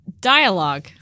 dialogue